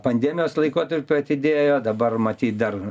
pandemijos laikotarpiu atidėjo dabar matyt dar